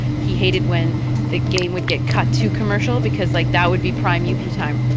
he hated when the game would get cut to commercial because like that would be prime youppi time.